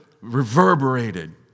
reverberated